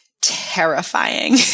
terrifying